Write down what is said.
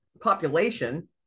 population